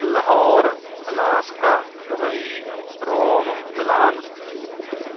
Lahore alaska Dubai Rome Milan